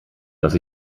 dass